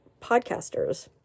podcasters